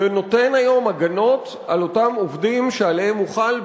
ונותן היום הגנות על אותם עובדים שעליהם הוא חל,